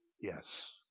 yes